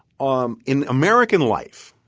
um in american life,